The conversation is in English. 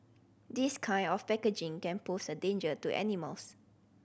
this kind of packaging can pose a danger to animals